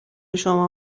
شما